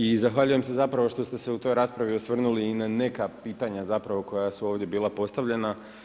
I zahvaljujem se zapravo što ste se u toj raspravi osvrnuli i na neka pitanja zapravo koja su ovdje bila postavljena.